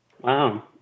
Wow